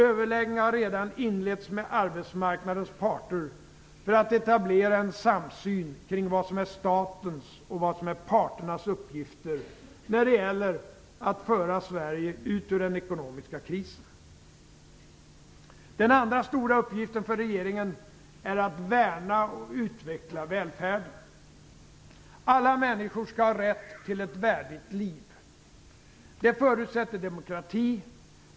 Överläggningar har redan inletts med arbetsmarknadens parter för att etablera en samsyn kring vad som är statens och vad som är parternas uppgifter när det gäller att föra Sverige ut ur den ekonomiska krisen. Den andra stora uppgiften för regeringen är att värna och utveckla välfärden. Alla människor skall ha rätt till ett värdigt liv. Det förutsätter demokrati.